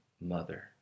mother